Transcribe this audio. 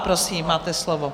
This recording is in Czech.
Prosím, máte slovo.